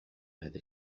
هذا